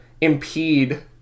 impede